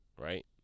right